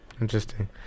interesting